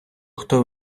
хто